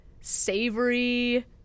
savory